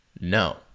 No